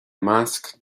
measc